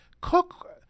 Cook